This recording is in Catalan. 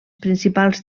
principals